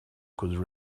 could